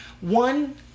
one